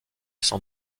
sans